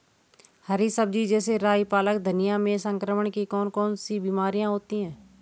हरी सब्जी जैसे राई पालक धनिया में संक्रमण की कौन कौन सी बीमारियां होती हैं?